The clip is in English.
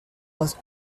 was